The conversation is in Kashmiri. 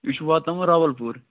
یہِ چھُ واتہٕ ناوُن راوَلپوٗر